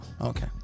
Okay